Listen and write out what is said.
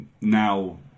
now